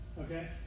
Okay